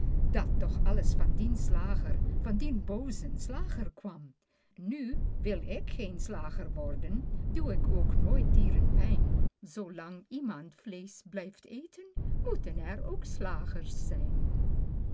dat toch alles van dien slager van dien boozen slager kwam nu wil ik geen slager worden doe ik ook nooit dieren pijn zoolang iemand vleesch blijft eten moeten er ook slagers zijn